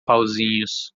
pauzinhos